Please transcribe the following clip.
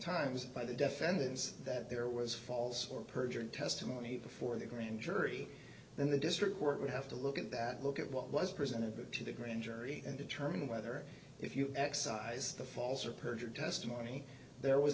times by the defendants that there was false or perjured testimony before the grand jury then the district work we have to look at that look at what was presented to the grand jury and determine whether if you excise the false or perjured testimony there was